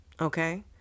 okay